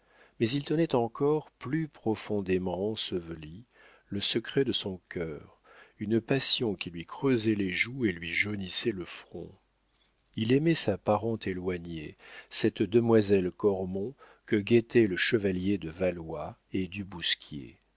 mais il tenait encore plus profondément enseveli le secret de son cœur une passion qui lui creusait les joues et lui jaunissait le front il aimait sa parente éloignée cette demoiselle cormon que guettaient le chevalier de valois et du bousquier